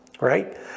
right